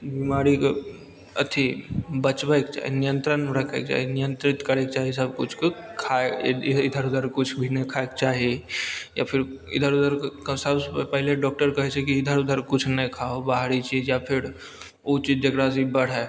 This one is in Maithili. बीमारीके अथी बचबयके चाही नियन्त्रणमे रखयके चाही नियन्त्रित करयके चाही सबकिछु के खाइ इधर उधर किछु भी नहि खाइके चाही या फिर इधर उधरके सबसँ पहिले डॉक्टर कहय छै की इधर उधर किछु नहि खाहो बाहरी चीज या फिर उ चीज जकरासँ ई बढ़य